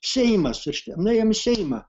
seimas reiškia nuėjom į seimą